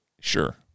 sure